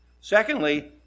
Secondly